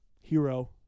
hero